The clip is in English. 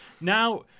Now